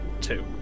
two